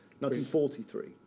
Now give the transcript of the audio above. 1943